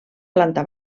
planta